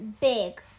big